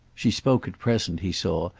she spoke at present, he saw,